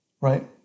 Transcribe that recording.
right